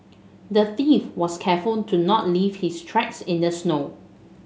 the thief was careful to not leave his tracks in the snow